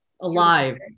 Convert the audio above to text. alive